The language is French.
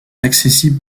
accessible